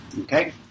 Okay